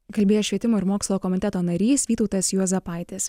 kalbėjo švietimo ir mokslo komiteto narys vytautas juozapaitis